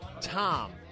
Tom